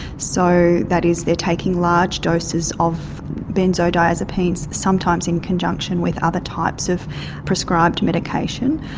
so that is they are taking large doses of benzodiazepines, sometimes in conjunction with other types of prescribed medication.